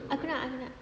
aku nak aku nak